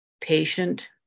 patient